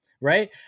right